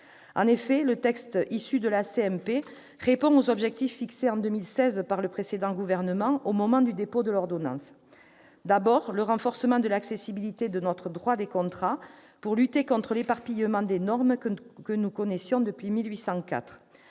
En effet, le texte issu de la commission mixte paritaire répond aux objectifs fixés en 2016 par le précédent gouvernement au moment du dépôt de l'ordonnance : d'abord, le renforcement de l'accessibilité de notre droit des contrats, pour lutter contre l'éparpillement des normes que nous connaissions depuis 1804